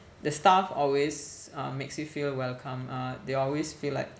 the staff always um makes you feel welcome uh they always feel like